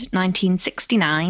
1969